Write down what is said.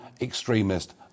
extremist